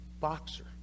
boxer